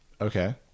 Okay